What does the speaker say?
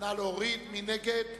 מי נגד?